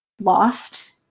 lost